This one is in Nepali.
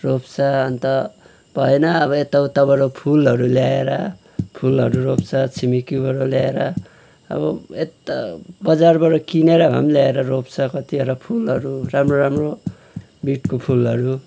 रोप्छ अन्त भएन अब यता उताबाट फुलहरू ल्याएर फुलहरू रोप्छ छिमेकीबाट ल्याएर अब यता बजारबाट किनेर भए पनि ल्याएर रोप्छ कतिवटा फुलहरू राम्रो राम्रो ब्रिडको फुलहरू